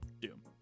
Doom